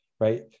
right